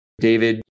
David